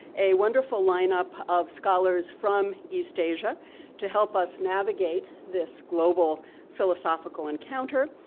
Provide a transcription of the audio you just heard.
a wonderful lineup of scholars from east asia to help us navigate this global philosophical encounter.